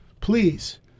Please